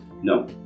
No